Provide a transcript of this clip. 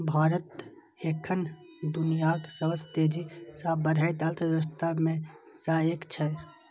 भारत एखन दुनियाक सबसं तेजी सं बढ़ैत अर्थव्यवस्था मे सं एक छै